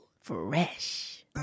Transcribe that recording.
fresh